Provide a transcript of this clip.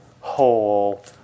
whole